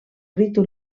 ritu